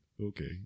okay